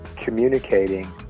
communicating